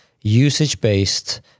usage-based